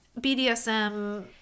BDSM